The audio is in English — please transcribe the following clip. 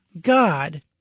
God